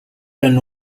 can